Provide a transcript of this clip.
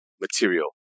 material